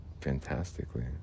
fantastically